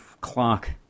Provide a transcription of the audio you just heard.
clock